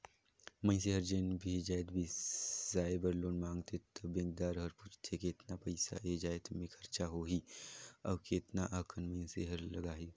मइनसे हर जेन भी जाएत बिसाए बर लोन मांगथे त बेंकदार हर पूछथे केतना पइसा ए जाएत में खरचा होही अउ केतना अकन मइनसे हर लगाही